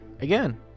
Again